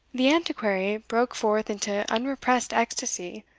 the antiquary broke forth into unrepressed ecstasy,